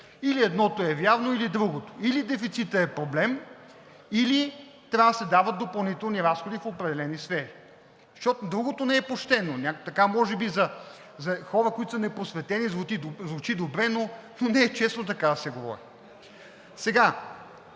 или едното е вярно, или другото – или дефицитът е проблем, или трябва да се дават допълнителни разходи в определени сфери, защото другото не е почтено. Може би за хора, които са непросветени, звучи добре, но не е честно така да се говори.